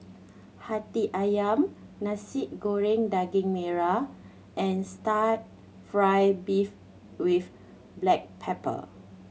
Hati Ayam Nasi Goreng Daging Merah and style fry beef with black pepper